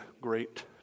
great